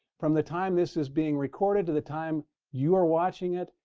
from the time this is being recorded to the time you are watching it,